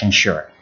sure